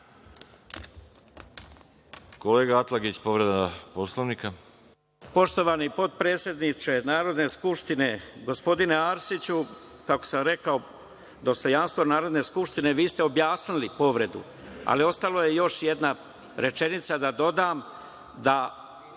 (Da)Kolega Atlagić, povreda Poslovnika. **Marko Atlagić** Poštovani potpredsedniče Narodne skupštine, gospodine Arsiću, kako sam rekao, dostojanstvo Narodne skupštine – vi ste objasnili povredu, ali ostala je još jedna rečenica da dodam. Kada